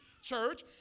church